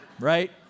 Right